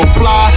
fly